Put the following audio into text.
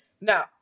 Now